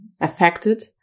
affected